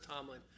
Tomlin